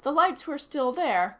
the lights were still there